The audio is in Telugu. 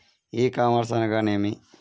ఈ కామర్స్ అనగా నేమి?